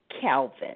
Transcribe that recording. Calvin